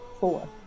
four